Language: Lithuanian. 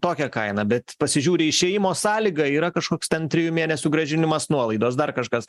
tokią kainą bet pasižiūri išėjimo sąlyga yra kažkoks ten trijų mėnesių grąžinimas nuolaidos dar kažkas